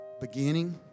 beginning